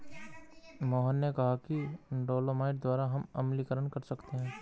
मोहन ने कहा कि डोलोमाइट द्वारा हम अम्लीकरण कर सकते हैं